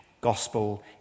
Gospel